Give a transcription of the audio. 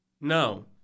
No